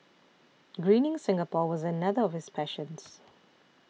greening Singapore was another of his passions